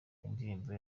indirimbo